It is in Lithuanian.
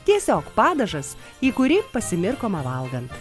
tiesiog padažas į kurį pasimirkoma valgant